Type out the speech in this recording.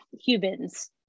humans